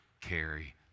carry